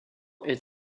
est